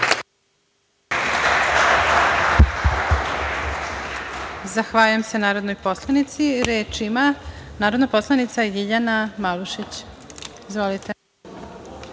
Zahvaljujem se narodnoj poslanici. Reč ima narodna poslanica LJiljana